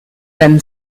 been